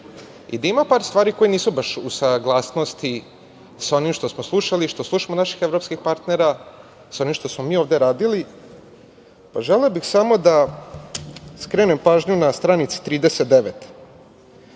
i da ima par stvari koje nisu baš u saglasnosti sa onim što smo slušali i što slušamo od naših evropskih partnera, sa onim što smo mi ovde radili. Želeo bih samo da skrenem pažnju na stranici 39